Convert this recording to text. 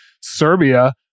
Serbia